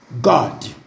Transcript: God